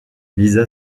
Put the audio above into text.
lisa